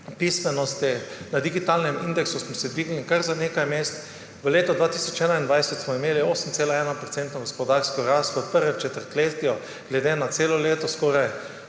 pismenosti. Na digitalnem indeksu smo se dvignili kar za nekaj mest. V letu 2021 smo imeli 8,1 % gospodarsko rast, v prvem četrtletju glede na celo leto skoraj